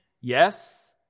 yes